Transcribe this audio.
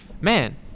man